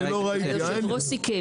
היושב-ראש סיכם.